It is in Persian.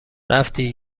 رفتی